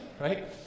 right